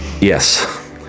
Yes